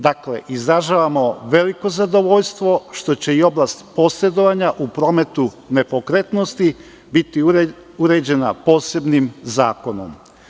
Dakle, izražavamo veliko zadovoljstvo što će i oblast posredovanja u prometu nepokretnosti biti uređena posebnim zakonom.